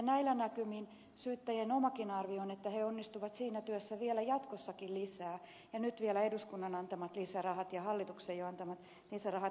näillä näkymin syyttäjien omakin arvio on että he onnistuvat siinä työssä vielä jatkossakin lisää ja nyt vielä eduskunnan antamat lisärahat ja hallituksen jo antamat lisärahat helpottavat tätä